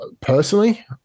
Personally